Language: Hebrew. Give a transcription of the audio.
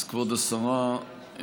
כבוד השרה,